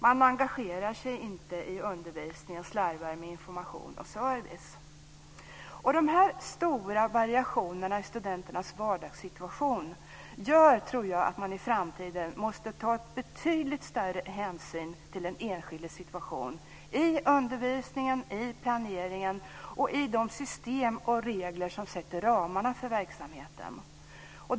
Man engagerar sig inte i undervisningen, och man slarvar med information och service. Den stora variationen i studenternas vardagssituation gör, tror jag, att man i framtiden måste ta betydligt större hänsyn till den enskildes situation i undervisningen, i planeringen och i fråga om de system och regler som sätter ramarna för verksamheten.